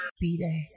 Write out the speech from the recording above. B-Day